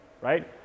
right